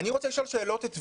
אני רוצה לשאול שאלות את ור"ה.